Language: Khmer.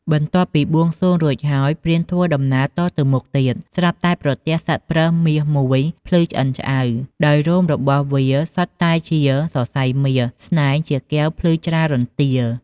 បន្ទាប់ពីបួងសួងរួចហើយ ព្រានធ្វើដំណើរតទៅមុខទៀត ស្រាប់តែប្រទះសត្វប្រើសមាសមួយភ្លឺឆ្អិនឆ្អៅ ដោយរោមរបស់វាសុទ្ធតែជាសរសៃមាស ស្នែងជាកែវភ្លឺច្រាលរន្ទាល។